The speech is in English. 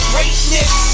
Greatness